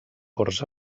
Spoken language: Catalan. corts